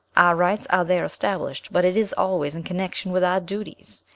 our rights are there established, but it is always in connection with our duties.